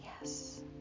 Yes